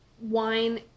Wine